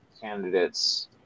candidates